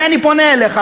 לכן אני פונה אליך,